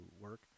work